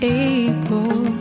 able